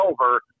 over